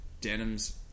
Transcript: denims